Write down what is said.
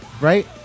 Right